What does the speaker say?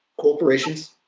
corporations